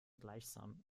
gemeinsam